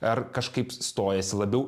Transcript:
ar kažkaip stojasi labiau